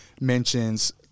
mentions